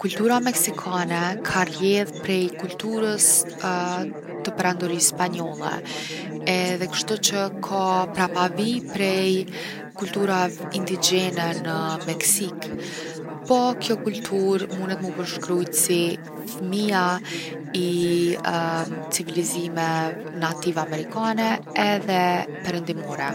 Kultura meksikane ka rrjedhë prej kulturës të perandorisë Spanjolle edhe kështuqë ka prapavijë prej kulturave indigjene në meksikë. Po kjo kulturë munet mu përshkrujt si fmija i civilizimeve native amerikave edhe perëndimore.